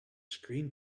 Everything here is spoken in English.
screen